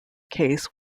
case